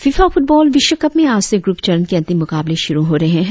FIFA football विश्व cup में आज से ग्रुप चरण के अंतिम मुकाबले शुरु हो रहें है